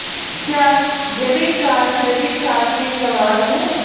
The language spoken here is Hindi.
क्या डेबिट कार्ड क्रेडिट कार्ड के समान है?